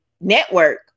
network